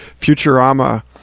Futurama